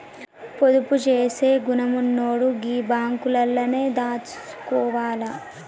పొదుపు జేసే గుణమున్నోడు గీ బాంకులల్లనే దాసుకోవాల